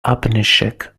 abhishek